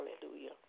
hallelujah